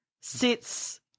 sits